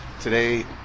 Today